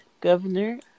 governor